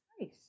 Nice